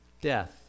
death